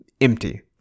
empty